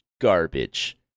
garbage